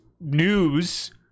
news